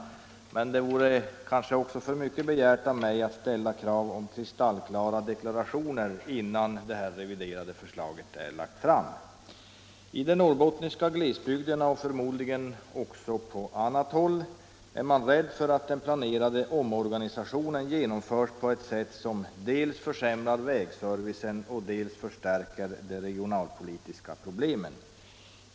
Men jag begär kanske för mycket om jag ställer krav om kristallklara deklarationer innan det reviderade förslaget är framlagt. I de norrbottniska glesbygderna och förmodligen också på annat håll är man rädd för att den planerade omorganisationen genomförs på ett sätt som dels försämrar vägservicen, dels förstärker de regionalpolitiska problemen.